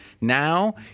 Now